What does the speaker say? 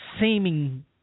seeming